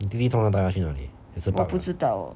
你弟弟通常带它去哪里